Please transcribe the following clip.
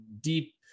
deep